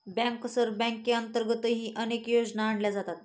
bankers बँकेअंतर्गतही अनेक योजना आणल्या जातात